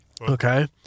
Okay